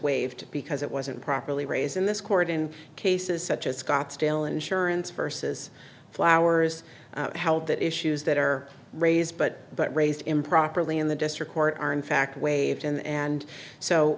waived because it wasn't properly raised in this court in cases such as scottsdale insurance versus flowers how that issues that are raised but but raised improperly in the district court are in fact waved in and so